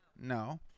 No